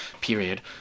period